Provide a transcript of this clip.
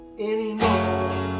anymore